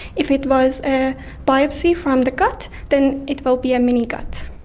if it was a biopsy from the gut, then it will be a mini gut.